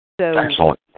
Excellent